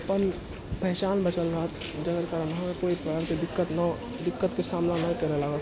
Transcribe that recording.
अपन पहिचान बचल रहत जकर कारण अहाँके कोइ प्रकारके दिक्कत नहि दिक्कतके सामना नहि करैला होत